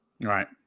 Right